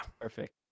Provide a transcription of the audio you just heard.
Perfect